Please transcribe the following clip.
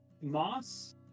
Moss